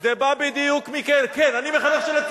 זה בא בדיוק, אל תחנך אף אחד.